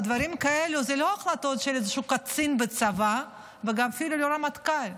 דברים כאלה זה לא החלטות של איזה קצין בצבא ואפילו לא רמטכ"ל,